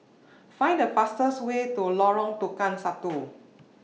Find The fastest Way to Lorong Tukang Satu